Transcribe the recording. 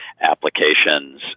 applications